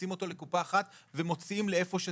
מכניסים אותו לקופה אחת ומוציאים לאיפה שצריך.